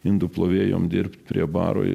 indų plovėjom dirbt prie baro